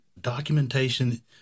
documentation